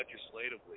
legislatively